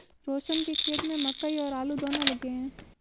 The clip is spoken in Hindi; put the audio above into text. रोशन के खेत में मकई और आलू दोनो लगे हैं